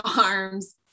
arms